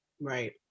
Right